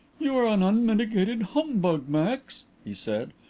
you are an unmitigated humbug, max, he said,